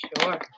Sure